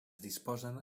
disposen